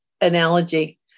analogy